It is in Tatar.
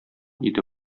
иде